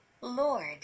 Lord